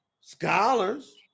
scholars